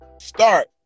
start